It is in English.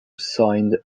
signed